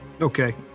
Okay